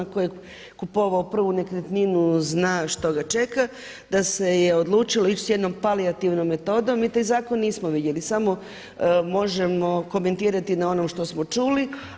Tko je kupovao prvu nekretninu zna što ga čeka da se je odlučilo ići sa jednom palijativnom metodom, mi taj zakon nismo vidjeli, samo možemo komentirati na onom što smo čuli.